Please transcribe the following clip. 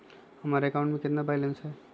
हमारे अकाउंट में कितना बैलेंस है?